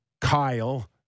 Kyle